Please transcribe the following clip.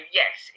yes